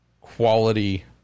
quality